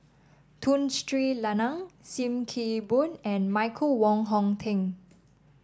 Tun Sri Lanang Sim Kee Boon and Michael Wong Hong Teng